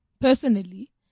personally